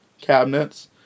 cabinets